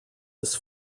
this